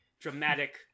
dramatic